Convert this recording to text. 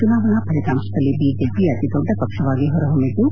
ಚುನಾವಣಾ ಫಲಿತಾಂಶದಲ್ಲಿ ಬಿಜೆಪಿ ಅತಿ ದೊಡ್ಡ ಪಕ್ಷವಾಗಿ ಹೊರಹೊಮ್ಮಿದ್ದು